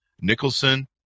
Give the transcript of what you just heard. Nicholson